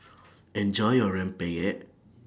Enjoy your Rempeyek